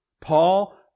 Paul